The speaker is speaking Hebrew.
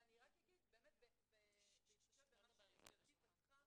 ואני רק אגיד, בהתחשב במה שגברתי פתחה,